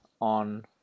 on